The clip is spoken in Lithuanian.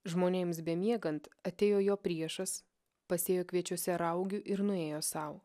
žmonėms bemiegant atėjo jo priešas pasėjo kviečiuose raugių ir nuėjo sau